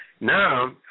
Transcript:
Now